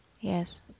Yes